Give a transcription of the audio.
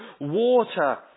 water